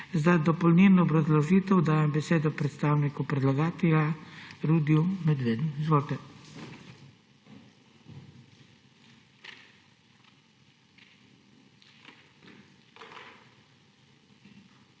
Za dopolnilno obrazložitev dajem besedo predstavniku predlagatelja Rudiju Medvedu. Izvolite.